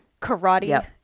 karate